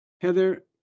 Heather